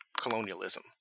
colonialism